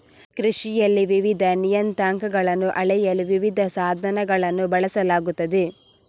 ಕೃಷಿಯಲ್ಲಿ ವಿವಿಧ ನಿಯತಾಂಕಗಳನ್ನು ಅಳೆಯಲು ವಿವಿಧ ಸಾಧನಗಳನ್ನು ಬಳಸಲಾಗುತ್ತದೆ